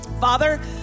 Father